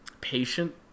patient